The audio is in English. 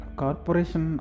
corporation